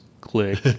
click